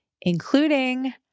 including